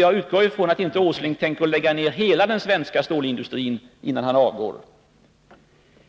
Jag utgår ifrån att Nils Åsling inte tänker lägga ned hela den svenska stålindustrin innan han avgår.